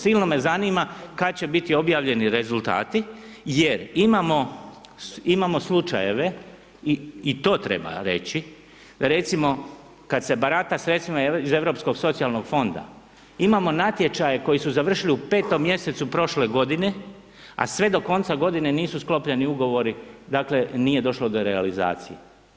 Silno me zanima kad će biti objavljeni rezultati jer imamo slučajeve i to treba reći, recimo kad se barata sredstvima iz Europskog socijalnog fonda, imamo natječaje koji su završili u 5. mj. prošle godine a sve do konca godine nisu sklopljeni ugovori, dakle nije došlo do realizacije.